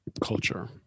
culture